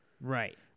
Right